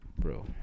bro